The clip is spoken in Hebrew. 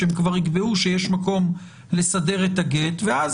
שהם כבר יקבעו שיש מקום לסדר את הגט ואז